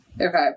Okay